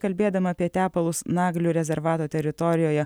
kalbėdama apie tepalus naglių rezervato teritorijoje